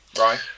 Right